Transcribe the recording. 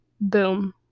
boom